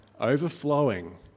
overflowing